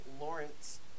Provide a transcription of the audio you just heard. Lawrence